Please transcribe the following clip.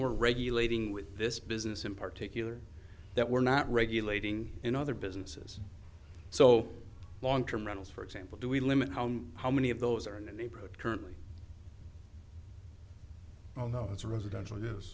more regulating with this business in particularly that we're not regulating in other businesses so long term rentals for example do we limit home how many of those are in the neighborhood currently although it's residential